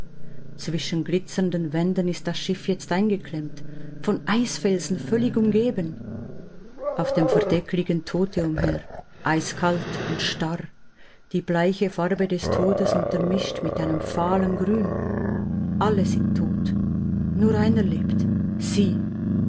zwischen glitzernden wänden ist das schiff jetzt eingeklemmt von eisfelsen völlig umgeben auf dem verdeck liegen tote umher eiskalt und starr die bleiche farbe des todes untermischt mit einem fahlen grün alle sind tot nur einer lebt sie